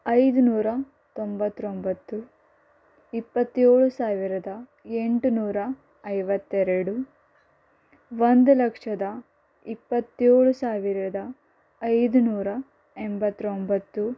ಐದು ನೂರ ತೊಂಬತ್ತೊಂಬತ್ತು ಇಪ್ಪತ್ತೇಳು ಸಾವಿರದ ಎಂಟುನೂರ ಐವತ್ತೆರಡು ಒಂದು ಲಕ್ಷದ ಇಪ್ಪತ್ತೇಳು ಸಾವಿರದ ಐದು ನೂರ ಎಂಬತ್ತೊಂಬತ್ತು